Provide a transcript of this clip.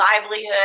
livelihood